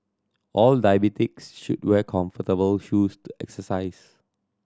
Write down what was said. all diabetics should wear comfortable shoes to exercise